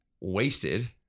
wasted